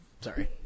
Sorry